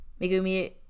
megumi